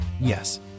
Yes